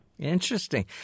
Interesting